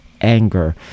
anger